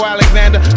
Alexander